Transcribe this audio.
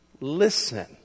listen